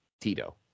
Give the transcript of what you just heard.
Tito